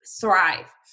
thrive